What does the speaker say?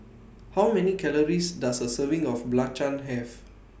How Many Calories Does A Serving of Belacan Have